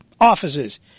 offices